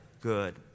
Good